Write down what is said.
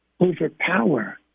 overpower